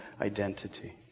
identity